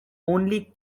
only